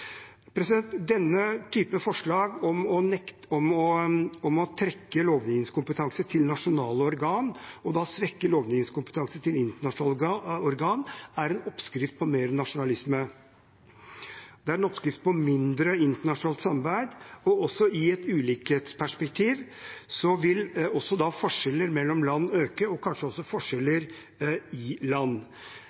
Denne typen forslag om å trekke lovgivningskompetanse til nasjonale organer og svekke lovgivningskompetansen til internasjonale organer er en oppskrift på mer nasjonalisme. Det er en oppskrift på mindre internasjonalt samarbeid, og i et ulikhetsperspektiv vil forskjellene mellom land øke – og kanskje også forskjellene i land.